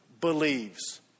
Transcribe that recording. believes